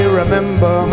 remember